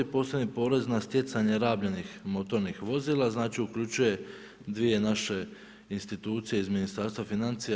Posebni porez na stjecanje rabljenih motornih vozila, znači uključuje dvije naše institucije iz Ministarstva financija.